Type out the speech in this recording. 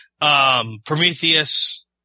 Prometheus